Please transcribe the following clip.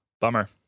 Bummer